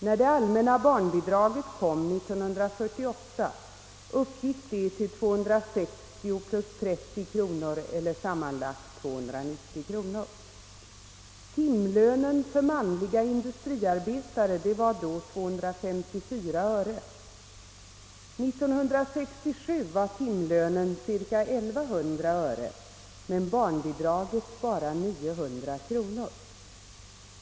När det allmänna barnbidraget kom 1948 uppgick det till 260 + 30 kronor eller sammanlagt 290 kronor. Timlönen för manliga industriarbetare var då 254 öre. 1967 var timlönen cirka 1100 öre men barnbidraget bara 900 kronor.